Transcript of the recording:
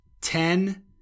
ten